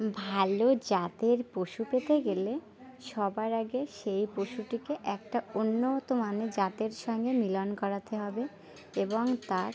ভালো জাতের পশু পেতে গেলে সবার আগে সেই পশুটিকে একটা উন্নত মান জাতের সঙ্গে মিলন করাতে হবে এবং তার